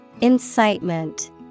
Incitement